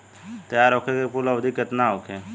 तैयार होखे के कुल अवधि केतना होखे?